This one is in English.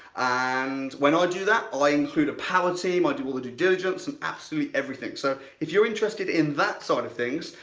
and when i do that, i include a power team, i do all the due diligence and absolutely everything. so if you're interested in that side sort of things,